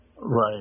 right